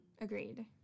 Agreed